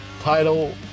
Title